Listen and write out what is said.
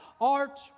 art